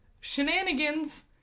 shenanigans